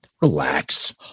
Relax